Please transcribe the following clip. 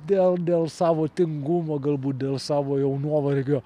dėl dėl savo tingumo galbūt dėl savojo nuovargio